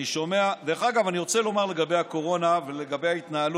אני רוצה לדבר על הקורונה וההתנהלות